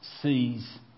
sees